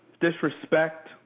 disrespect